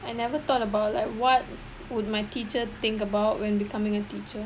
I never thought about like what would my teacher think about when becoming a teacher